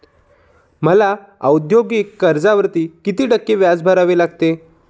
मला औद्योगिक कर्जावर किती टक्के व्याज भरावे लागेल?